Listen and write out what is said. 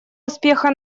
успеха